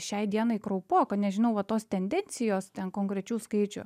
šiai dienai kraupoka nežinau va tos tendencijos ten konkrečių skaičių